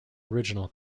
original